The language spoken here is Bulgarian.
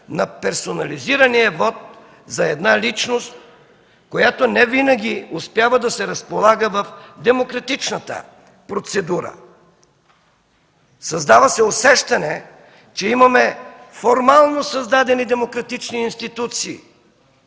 на персонализирания вот за една личност, която не винаги успява да се разполага в демократичната процедура. Създава се усещане, че имаме формално създадени демократични институции.